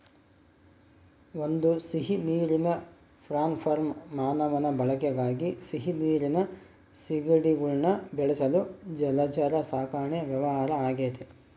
ಒಂದು ಸಿಹಿನೀರಿನ prawn farm ಮಾನವನ ಬಳಕೆಗಾಗಿ ಸಿಹಿನೀರಿನ ಸೀಗಡಿಗುಳ್ನ ಬೆಳೆಸಲು ಜಲಚರ ಸಾಕಣೆ ವ್ಯವಹಾರ ಆಗೆತೆ